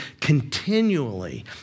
continually